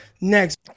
next